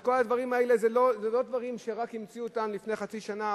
כל הדברים האלה הם לא דברים שרק המציאו אותם לפני חצי שנה,